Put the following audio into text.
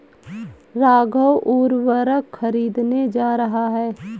राघव उर्वरक खरीदने जा रहा है